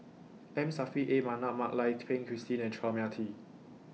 M Saffri A Manaf Mak Lai Peng Christine and Chua Mia Tee